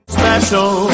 special